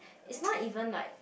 it's not even like